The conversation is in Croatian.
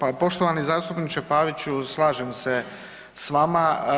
Pa poštovani zastupniče Paviću, slažem se s vama.